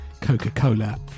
Coca-Cola